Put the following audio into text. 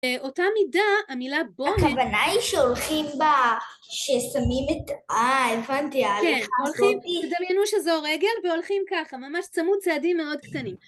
אותה מידה המילה בונד. הכוונה היא שהולכים בה, ששמים את... אה, הבנתי. כן, הולכים, תדמיינו שזהו רגל, והולכים ככה. ממש צמוד צעדים מאוד קטנים.